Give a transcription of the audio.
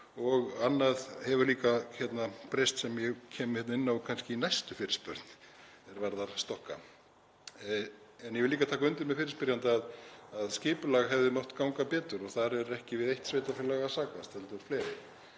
og annað hefur líka breyst sem ég kem kannski inn á í næstu fyrirspurn er varðar stokka. Ég vil líka taka undir með fyrirspyrjanda að skipulag hefði mátt ganga betur og þar er ekki við eitt sveitarfélag að sakast heldur fleiri,